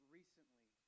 recently